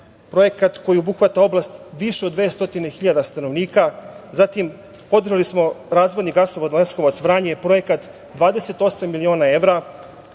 projekat koji obuhvata oblast više od 200 hiljada stanovnika. Zatim, podržali smo razvojni gasovod Leskovac-Vranje, projekat 28 miliona evra.